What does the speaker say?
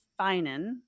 Finan